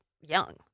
young